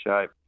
shape